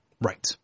Right